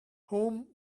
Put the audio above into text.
whom